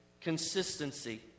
consistency